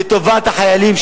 לטובת החיילים,